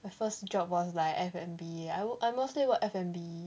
my first job was like F&B I work I mostly work F&B